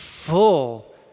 full